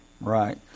Right